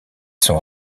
sont